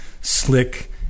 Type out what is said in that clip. slick